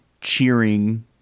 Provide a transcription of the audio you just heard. cheering